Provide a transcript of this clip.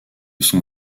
son